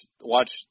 watch